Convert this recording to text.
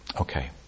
Okay